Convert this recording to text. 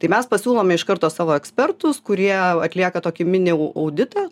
tai mes pasiūlome iš karto savo ekspertus kurie atlieka tokį mini auditą